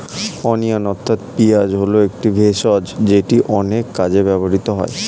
onion অর্থাৎ পেঁয়াজ হল একটি ভেষজ যেটি অনেক কাজে ব্যবহৃত হয়